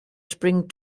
spring